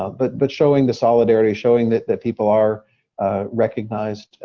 ah but but showing the solidarity, showing that that people are recognized,